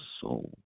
soul